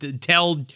tell